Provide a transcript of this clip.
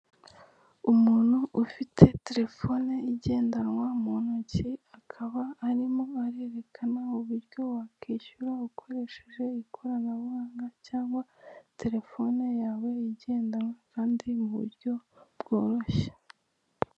Umuntu ufite telefone igendanwa mu ntoki akaba arimo arerekana uburyo wakwishyura ukoresheje ikoranabuhanga cyangwa telefone yawe igendanwa kandi mu buryo bworoshye.